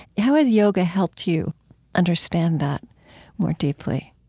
how has yoga helped you understand that more deeply?